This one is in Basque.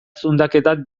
zundaketak